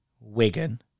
Wigan